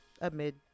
amid